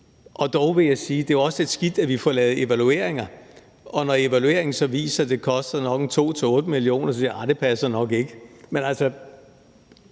Dog vil jeg sige, at det også er lidt skidt, at vi får lavet evalueringer, og at vi, når evalueringen så viser, at det nok koster 2-8 mio. kr., så siger, at nej, det passer nok ikke. Men det